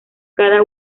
cada